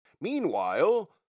Meanwhile